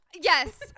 Yes